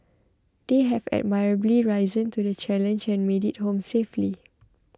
they have admirably risen to the challenge and made it home safely